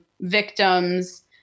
victims